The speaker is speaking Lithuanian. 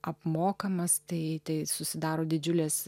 apmokamas tai tai susidaro didžiulės